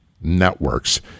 networks